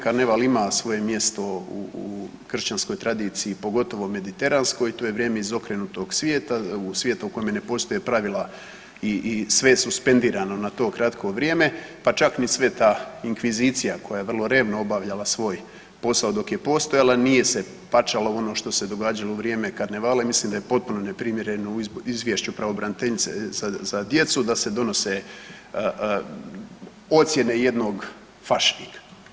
Karneval ima svoje mjesto u kršćanskoj tradiciji, pogotovo mediteranskoj, to je vrijeme izokrenutog svijeta u kome ne postoje pravila i sve je suspendirano na to kratko vrijeme, pa čak ni sveta inkvizicija koja je vrlo revno obavljala svoj postojala nije se pačala u ono što se događalo u vrijeme karnevala i mislim da je potpuno neprimjereno u izvješću pravobraniteljice za djecu da se donose ocjene jednog fašnika.